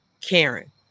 Karen